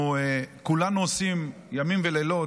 כולנו עושים ימים ולילות,